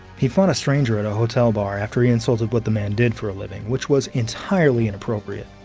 he fought a stranger at a hotel bar after he insulted what the man did for a living, which was entirely inappropriate.